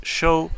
show